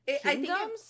kingdoms